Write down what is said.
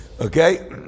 Okay